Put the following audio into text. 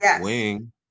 Wing